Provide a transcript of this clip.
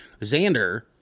xander